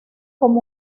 con